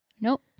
Nope